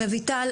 רויטל,